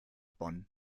bonn